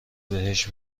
بهش